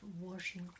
washing